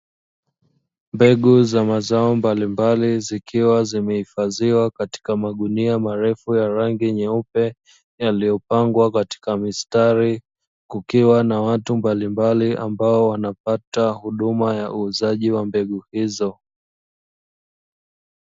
Mbegu za mazao mbalimbali zikiwa zimehifadhiwa katika magunia marefu ya rangi nyeupe, yaliyopangwa katika mistari kukiwa na watu mbalimbali ambao wanapata huduma ya uuzaji wa mbegu hizo.